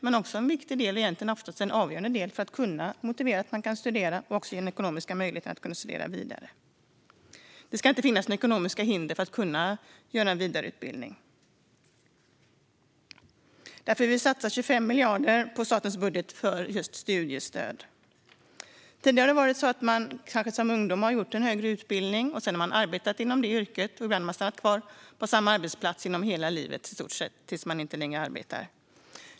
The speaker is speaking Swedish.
Men det är också en viktig, ofta avgörande, del för att kunna motivera att man kan studera och ge ekonomisk möjlighet att studera vidare. Det ska inte finnas ekonomiska hinder för att kunna gå en vidareutbildning. Därför vill vi satsa 25 miljarder i statens budget på just studiestöd. Tidigare har man kanske gått en högre utbildning som ung, arbetat inom det yrket och ibland stannat kvar på samma arbetsplats i stort sett hela livet, tills man inte längre arbetar.